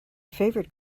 favourite